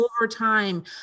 overtime